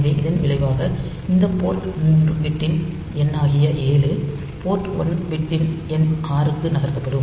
எனவே இதன் விளைவாக இந்த போர்ட் 3 பிட் ன் எண் ஆகிய 7 போர்ட் 1 பிட் ன் எண் 6 க்கு நகர்த்தப்படும்